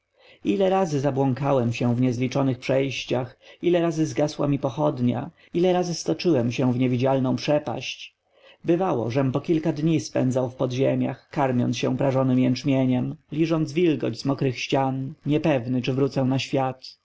ile razy zbłąkałem się w niezliczonych przejściach ile razy zgasła mi pochodnia ile razy stoczyłem się w niewidzialną przepaść bywało żem po kilka dni spędzał w podziemiach karmiąc się prażonym jęczmieniem liżąc wilgoć z mokrych skał niepewny czy wrócę na świat